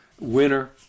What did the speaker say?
winner